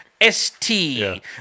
S-T